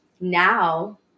now